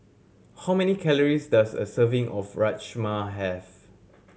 how many calories does a serving of Rajma have